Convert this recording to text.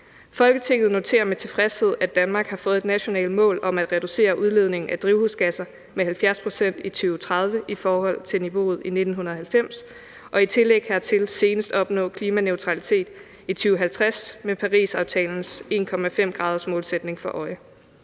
Folketinget noterer med tilfredshed, at Danmark har fået et nationalt mål om at reducere udledningen af drivhusgasser med 70 pct. i 2030 i forhold til niveauet i 1990, og i tillæg hertil senest at opnå klimaneutralitet i 2050 med Parisaftalens 1,5 graders målsætning for øje.